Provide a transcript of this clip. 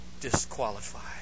disqualified